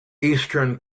eastern